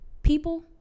People